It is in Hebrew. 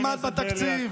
תלמד בתקציב.